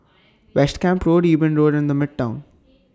West Camp Road Eben Road and The Midtown